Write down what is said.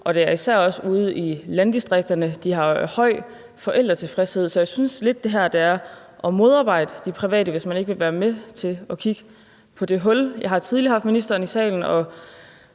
og det er især ude i landdistrikterne, de har høj forældretilfredshed. Så jeg synes lidt, det her er at modarbejde de private, hvis man ikke vil være med til at kigge på det hul. Jeg har tidligere haft ministeren i salen